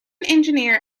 engineer